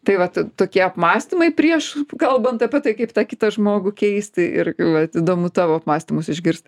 tai vat tokie apmąstymai prieš kalbant apie tai kaip tą kitą žmogų keisti ir vat įdomu tavo apmąstymus išgirst